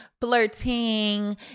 flirting